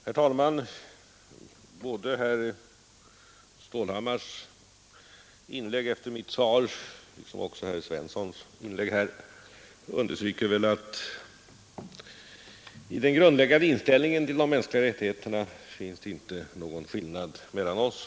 Herr talman! Både herr Stålhammars och herr Svenssons i Kungälv inlägg efter mitt svar understryker att det i den grundläggande inställningen till de mänskliga rättigheterna inte finns någon skillnad mellan oss.